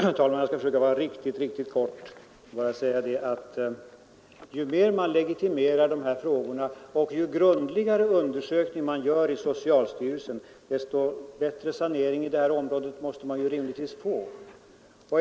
Herr talman! Jag skall försöka vara riktigt kortfattad. Jag vill bara säga att ju mer man legitimerar de här frågorna och ju grundligare undersökningar man gör i socialstyrelsen, desto bättre sanering på detta område måste man rimligtvis få.